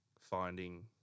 finding